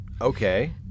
Okay